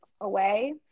away